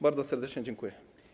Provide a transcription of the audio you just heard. Bardzo serdecznie dziękuję.